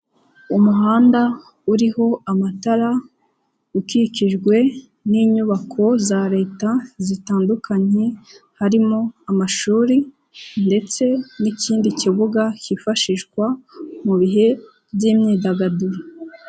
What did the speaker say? Umuhanda uriho amatara, ukikijwe n'inyubako za leta zitandukanye, harimo amashuri ndetse n'ikindi kibuga cyifashishwa mu bihe by'imyidagaduro.